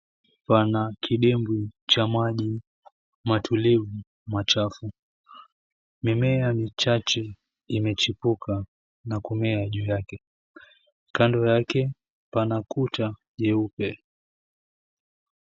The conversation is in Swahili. Pana kidimbwi cha maji matulivu machafu. Mimea michache imechipuka na kumea juu yake, kando yake pana kuta jeupe.